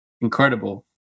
Incredible